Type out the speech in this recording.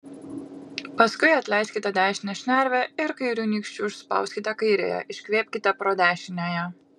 paskui atleiskite dešinę šnervę ir kairiu nykščiu užspauskite kairiąją iškvėpkite pro dešiniąją